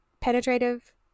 penetrative